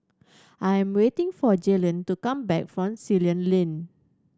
I am waiting for Jaylon to come back from Ceylon Lane